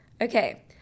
Okay